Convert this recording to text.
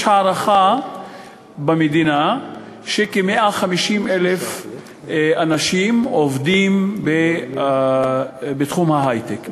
יש הערכה במדינה שכ-150,000 אנשים עובדים בתחום ההיי-טק,